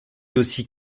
aussi